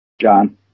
John